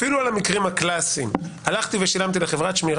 אפילו על המקרים הקלאסיים הלכתי ושילמתי לחברת שמירה